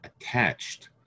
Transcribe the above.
attached